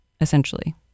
essentially